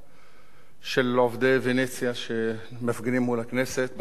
של עובדי "פניציה", שמפגינים בכניסה לכנסת,